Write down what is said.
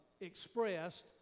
expressed